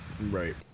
Right